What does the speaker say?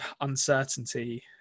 uncertainty